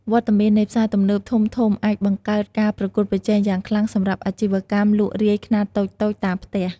វត្តមាននៃផ្សារទំនើបធំៗអាចបង្កើតការប្រកួតប្រជែងយ៉ាងខ្លាំងសម្រាប់អាជីវកម្មលក់រាយខ្នាតតូចៗតាមផ្ទះ។